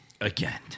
Again